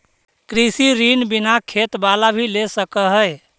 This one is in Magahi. कृषि ऋण बिना खेत बाला भी ले सक है?